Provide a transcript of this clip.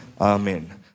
Amen